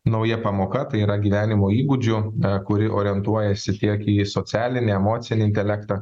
nauja pamoka tai yra gyvenimo įgūdžių kuri orientuojasi tiek į socialinį emocinį intelektą